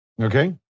Okay